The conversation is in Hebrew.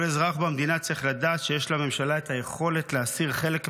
כל אזרח במדינה צריך לדעת שיש לממשלה את היכולת להסיר חלק מהגזרות,